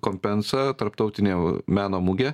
compensa tarptautinė meno mugė